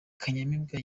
kanyamibwa